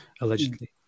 allegedly